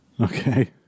Okay